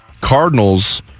Cardinals